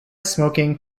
smoking